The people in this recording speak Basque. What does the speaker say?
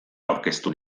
aurkeztu